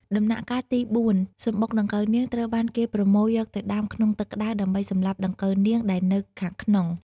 ដំណាក់កាលទី៤ សំបុកដង្កូវនាងត្រូវបានគេប្រមូលយកទៅដាំក្នុងទឹកក្តៅដើម្បីសម្លាប់ដង្កូវនាងដែលនៅខាងក្នុង។